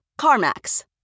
CarMax